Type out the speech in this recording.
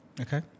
Okay